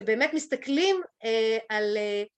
‫באמת מסתכלים על...